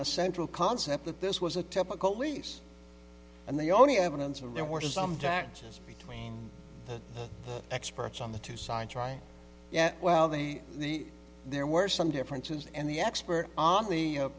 the central concept that this was a typical lease and the only evidence of there were some taxes between the experts on the two sides right well the there were some differences and the expert on the